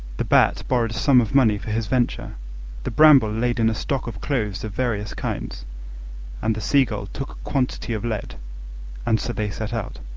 the bat borrowed a sum of money for his venture the bramble laid in a stock of clothes of various kinds and the seagull took a quantity of lead and so they set out.